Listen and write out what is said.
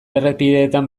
errepideetan